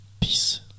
Peace